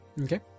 Okay